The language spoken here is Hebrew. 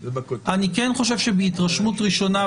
אני כן חושב שבהתרשמות ראשונה,